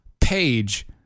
page